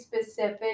specific